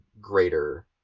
greater